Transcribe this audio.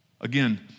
Again